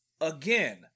again